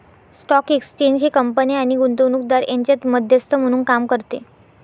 stock exchange हे कंपन्या आणि गुंतवणूकदार यांच्यात मध्यस्थ म्हणून काम करते